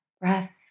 breath